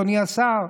אדוני השר?